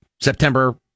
September